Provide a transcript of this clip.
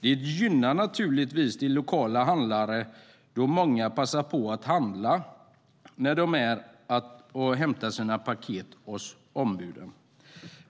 Det gynnar naturligtvis de lokala handlarna, eftersom många passar på att handla när de hämtar sina paket hos ombuden.